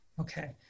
Okay